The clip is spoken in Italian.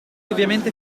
ovviamente